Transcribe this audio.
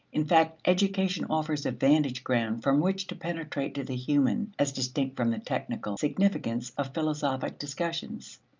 in fact, education offers a vantage ground from which to penetrate to the human, as distinct from the technical, significance of philosophic discussions.